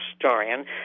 historian